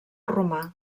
romà